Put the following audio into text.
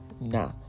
nah